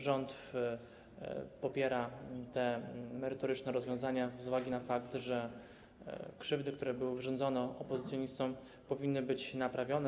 Rząd popiera te merytoryczne rozwiązania z uwagi na fakt, że krzywdy, które były wyrządzone opozycjonistom, powinny zostać naprawione.